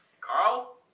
Carl